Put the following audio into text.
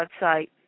website